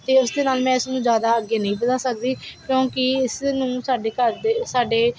ਅਤੇ ਉਸਦੇ ਨਾਲ ਮੈਂ ਇਸਨੂੰ ਜ਼ਿਆਦਾ ਅੱਗੇ ਨਹੀਂ ਵਧਾ ਸਕਦੀ ਕਿਉਂਕਿ ਇਸ ਨੂੰ ਸਾਡੇ ਘਰ ਦੇ ਸਾਡੇ